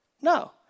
No